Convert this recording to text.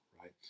right